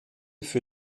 für